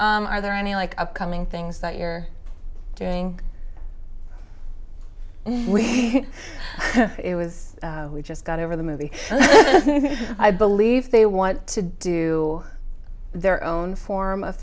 know are there any like upcoming things that you're doing and it was we just got over the movie i believe they want to do their own form of